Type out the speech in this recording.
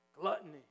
Gluttony